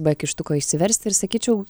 be kištuko išsiversti ir sakyčiau